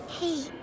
Hey